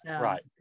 Right